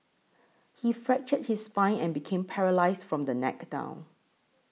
he fractured his spine and became paralysed from the neck down